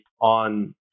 on